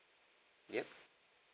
yup